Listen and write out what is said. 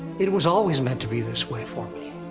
it was always meant to be this way for me.